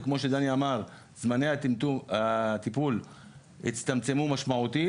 וכמו שדני אמר זמני הטיפול הצטמצמו משמעותית